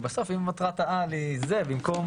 ואם מטרת העל היא זו במקום